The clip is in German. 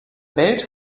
welt